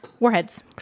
Warheads